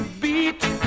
beat